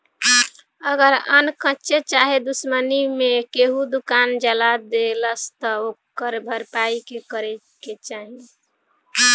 अगर अन्चक्के चाहे दुश्मनी मे केहू दुकान जला देलस त ओकर भरपाई के करे के चाही